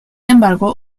embargo